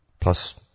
Plus